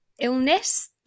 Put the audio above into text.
illness